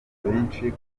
benshi